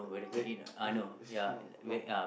wait that's it the sleeve not long